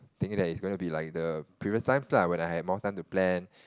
thinking that is going be like the previous time lah when I have more time to plan